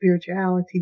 spirituality